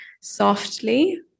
softly